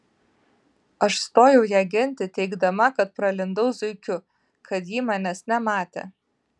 aš stojau ją ginti teigdama kad pralindau zuikiu kad jį manęs nematė